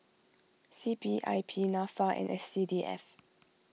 C P I P Nafa and S C D F